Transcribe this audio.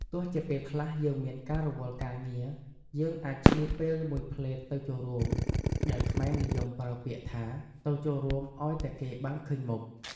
ទោះជាពេលខ្លះយើងមានការរវល់ការងារ យើងអាចឆ្លៀតពេលមួយភ្លេតទៅចូលរួម ដែលខ្មែរនិយមប្រើពាក្យថា "ទៅចូលរួមអោយតែគេបានឃើញមុខ"។